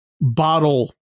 bottle